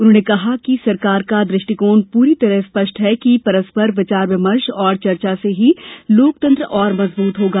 उन्होंने कहा कि सरकार का द्रष्टिकोण पूरी तरह स्पष्ट है कि परस्पर विचार विमर्श और चर्चा से ही लोकतंत्र और मजबूत होगा